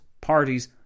parties